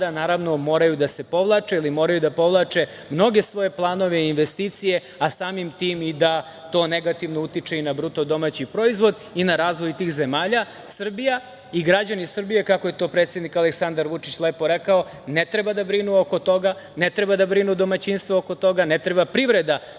sada moraju da se povlače ili moraju da povlače mnoge svoje planove i investicije, a samim tim i da to negativno utiče i na bruto domaći proizvod i na razvoj tih zemalja. Srbija i građani Srbije, kako je to predsednik Aleksandar Vučić lepo rekao, ne treba da brinu oko toga, ne treba da brinu domaćinstva oko toga, ne treba privreda